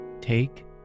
Take